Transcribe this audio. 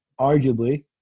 arguably